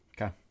Okay